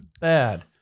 bad